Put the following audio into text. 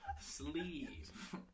sleeve